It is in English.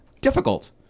difficult